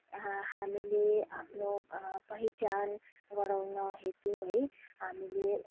हा हामीले आफ्नो पहिचान बढाउन हेतु है हामीले